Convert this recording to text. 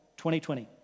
2020